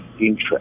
interest